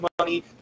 money